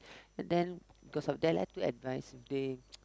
and then because of that I took advise they